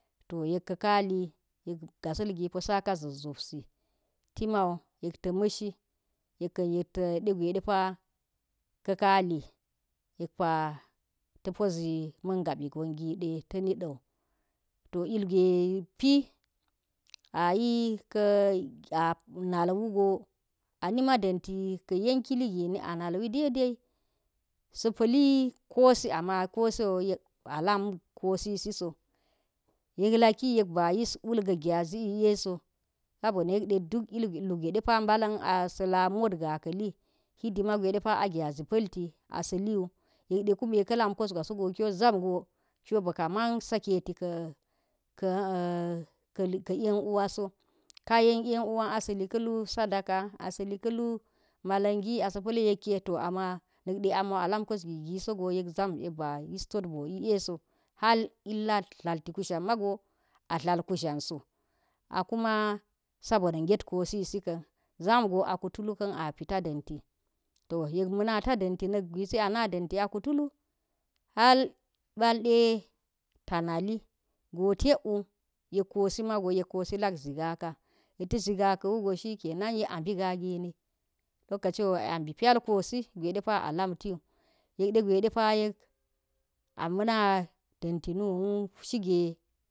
To yek ka̱ kali gasil gi po sa zit zopsi timan yek ta̱ ma̱shi, yekkan yek ɗe gwe yek pa ta̱ po zi ma̱n gabi gongi de ta ni dan to ilgwe pi a yi ka̱ a nal wugo a nima dinti yentailigin a nalwude daidai sa̱ pa̱li kosi amma yek bi alam kosisis, yek laky ek ɓi a yis wul ga̱ gyazi si i e so, so bo ni yek de duk ilgwe depa mbalan asa lamot ga̱a̱ ka̱li hidima gwe depa a gyazi pilti a sa liwu yek de kune ka̱ lam kosawa sogo kyo zam go bika mau saketi ka yanu wa so, kayeniu wa asa lika̱ in sadaka asalikalu malangi asa pal yekke to amma na de alam kos giso go yek zam yek bi’a hal illa dlati kusha̱n mago a dlakushan so kuma nv gyet kosi sikin zam go a kufulu ka̱n a pita dinti to yek ma̱ nata dan ti a kutulu hal bal de tana li tak u yek kos imago yek kosi lak ziga ka yet ta ziga ka̱ wu go shikenan yek a mb inga ngini lokaci wo yek a mbi pyal kosi gwe depa a lam ti wo yet degwe depa we am ma̱na nu wu shige.